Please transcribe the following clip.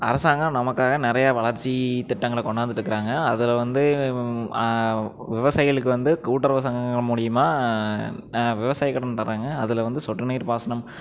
அரசாங்கம் நமக்காக நிறைய வளர்ச்சித் திட்டங்களை கொண்டாந்துட்டுருக்காங்க அதில் வந்து விவசாயிகளுக்கு வந்து கூட்டுறவு சங்கங்கள் மூலிமா விவசாய கடன் தராங்க அதில் வந்து சொட்டு நீர் பாசனம்